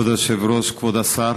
כבוד היושב-ראש, כבוד השר,